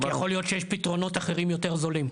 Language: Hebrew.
כי יכול להיות שיש פתרונות אחרים יותר זולים.